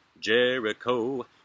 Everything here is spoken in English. Jericho